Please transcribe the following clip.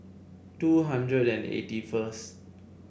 two hundred and eighty first